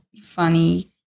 funny